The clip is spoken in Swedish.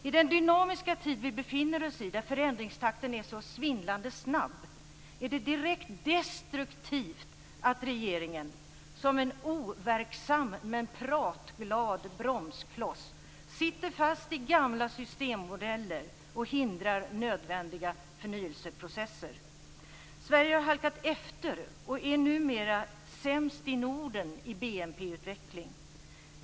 I den dynamiska tid som vi befinner oss i och där förändringstakten är så svindlande snabb är det direkt destruktivt att regeringen - som en overksam men pratglad - bromskloss sitter fast i gamla systemmodeller och hindrar nödvändiga förnyelseprocesser. Sverige har halkat efter och är numera sämst i Norden i fråga om BNP-utveckling.